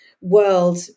world